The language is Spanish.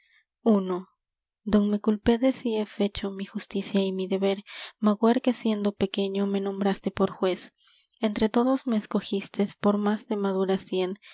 me culpedes si he fecho mi justicia y mi deber magüer que siendo pequeño me nombraste por jüez entre todos me escogistes por de más madura